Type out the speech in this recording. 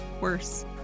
worse